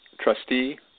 trustee